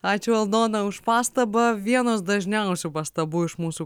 ačiū aldona už pastabą vienos dažniausių pastabų iš mūsų